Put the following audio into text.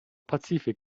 pazifik